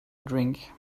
drink